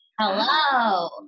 Hello